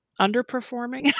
underperforming